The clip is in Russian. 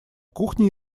кухне